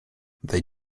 they